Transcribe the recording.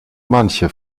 manche